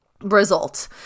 result